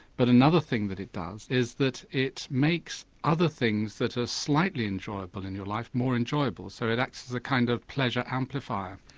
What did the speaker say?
but another thing that it does is that it makes other things that are slightly enjoyable in your life more enjoyable so it acts as a kind of pleasure amplifier.